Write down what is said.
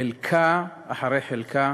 חלקה אחרי חלקה,